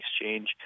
Exchange